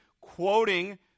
quoting